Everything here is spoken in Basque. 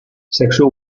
sexu